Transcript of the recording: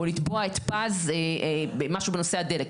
או לתבוע את פז על משהו בנושא הדלק,